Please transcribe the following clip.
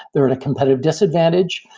they're in a competitive disadvantage,